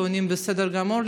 ועונים בסדר גמור,